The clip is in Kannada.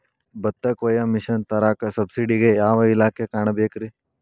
ಭತ್ತ ಕೊಯ್ಯ ಮಿಷನ್ ತರಾಕ ಸಬ್ಸಿಡಿಗೆ ಯಾವ ಇಲಾಖೆ ಕಾಣಬೇಕ್ರೇ?